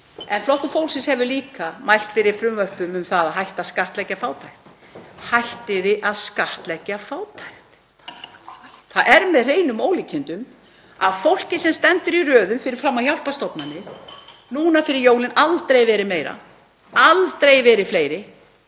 Flokkur fólksins hefur líka mælt fyrir frumvörpum um að hætta að skattleggja fátækt. Hættið að skattleggja fátækt. Það er með hreinum ólíkindum gagnvart því fólki sem stendur í röðum fyrir framan hjálparstofnanir núna fyrir jólin — það hafa aldrei verið fleiri